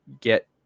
Get